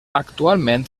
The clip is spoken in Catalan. actualment